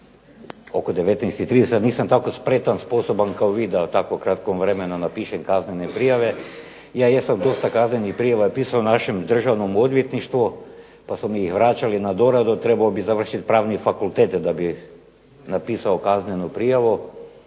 oko 19,30, a nisam tako spretan, sposoban kao vi da u tako kratkom vremenu napišem kaznene prijave. Ja jesam dosta kaznenih prijava pisao našem Državnom odvjetništvu pa su mi ih vraćali na doradu, trebao bi završiti Pravni fakultet da bi napisao kaznenu prijavu